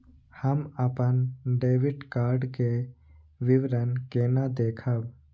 हम अपन debit card के विवरण केना देखब?